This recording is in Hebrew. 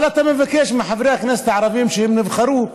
אבל אתה מבקש מחברי הכנסת הערבים שנבחרו,